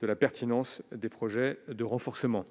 de la pertinence des projets de renforcement,